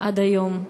עד היום.